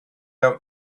out